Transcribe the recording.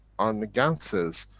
on the ganses,